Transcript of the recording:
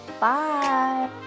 Bye